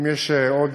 אם יש עוד,